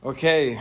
Okay